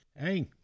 Hey